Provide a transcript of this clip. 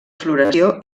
floració